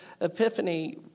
Epiphany